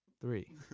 three